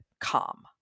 calm